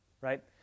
right